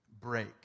break